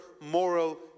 moral